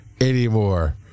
anymore